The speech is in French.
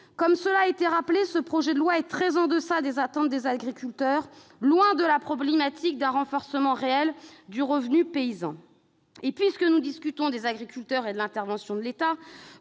Comme cela a été rappelé, ce projet de loi est très en deçà des attentes des agriculteurs, loin de la problématique d'un renforcement réel du revenu paysan. Puisque nous discutons des agriculteurs et de l'intervention de l'État,